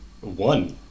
One